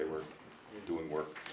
they were doing work